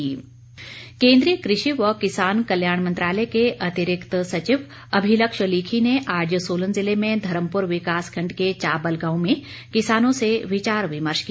सचिव केन्द्रीय कृषि व किसान कल्याण मंत्रालय के अतिरिक्त सचिव अभिलक्ष लीखी ने आज सोलन जिले में धर्मपुर विकास खंड के चाबल गांव में किसानों से विचार विमर्श किया